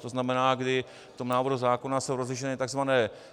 To znamená, kdy v tom návrhu zákona jsou rozlišeny tzv.